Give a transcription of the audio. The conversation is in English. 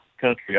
country